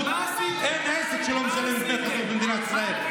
אין עסק שלא משלם דמי חסות במדינת ישראל.